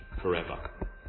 forever